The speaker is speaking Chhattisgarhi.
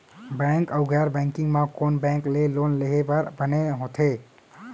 बैंक अऊ गैर बैंकिंग म कोन बैंक ले लोन लेहे बर बने होथे?